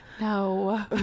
No